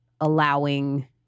allowing